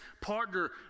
partner